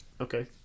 Okay